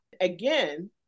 Again